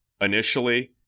initially